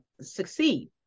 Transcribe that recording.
succeed